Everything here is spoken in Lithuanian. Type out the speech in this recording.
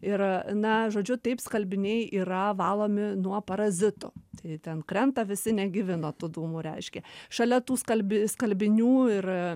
ir na žodžiu taip skalbiniai yra valomi nuo parazitų tai ten krenta visi negyvi nuo tų dūmų reiškia šalia tų skalbi skalbinių ir